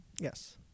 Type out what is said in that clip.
yes